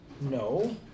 No